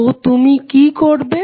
তো তুমি কি করবে